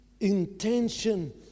intention